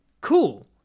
cool